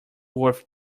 worth